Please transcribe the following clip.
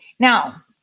Now